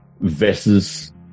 versus